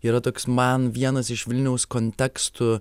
yra toks man vienas iš vilniaus kontekstų